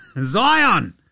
Zion